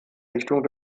richtung